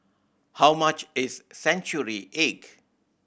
how much is century egg